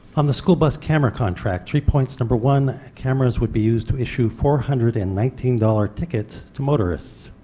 on the school bus camera contract three points number one cameras would be used to issue four hundred and nineteen dollars tickets to motorists.